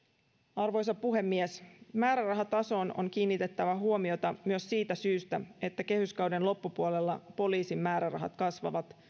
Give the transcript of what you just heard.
arvoisa puhemies määrärahatasoon on kiinnitettävä huomiota myös siitä syystä että kehyskauden loppupuolella poliisin määrärahat kasvavat